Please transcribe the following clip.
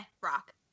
rock